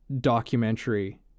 documentary